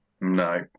No